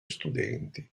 studenti